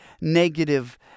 negative